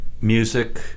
music